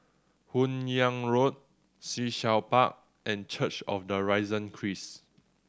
Hun Yeang Road Sea Shell Park and Church of the Risen Christ